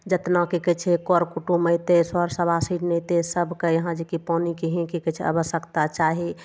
जतना की कहय छै कर कुटुम अयतय सर सवासिन अयतय सबके यहाँ जे कि पानिके ही की कहय छै आवश्यकता चाही